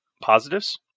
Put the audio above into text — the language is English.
positives